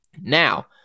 Now